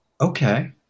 okay